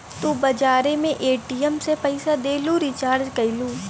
तू बजारे मे ए.टी.एम से पइसा देलू, रीचार्ज कइलू